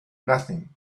nothing